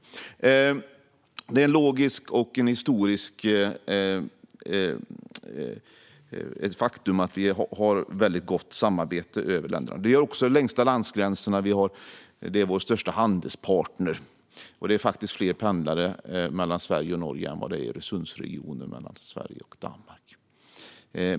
Men det är alltså både logiskt och ett historiskt faktum att vi har ett väldigt gott samarbete mellan länderna. Det är vår längsta landsgräns, och Norge är vår största handelspartner. Det är faktiskt också fler pendlare mellan Sverige och Norge än vad det är i Öresundsregionen mellan Sverige och Danmark.